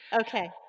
Okay